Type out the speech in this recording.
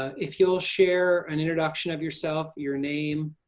if you'll share an introduction of yourself your name,